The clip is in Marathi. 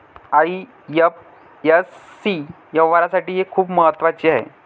आई.एफ.एस.सी व्यवहारासाठी हे खूप महत्वाचे आहे